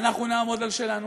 אנחנו נעמוד על שלנו,